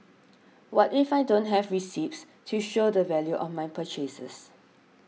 what if I don't have receipts to show the value of my purchases